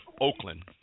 Oakland